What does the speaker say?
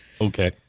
Okay